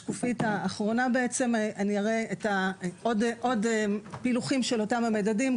בשקופית האחרונה אני אראה פילוחים נוספים של אותם המדדים.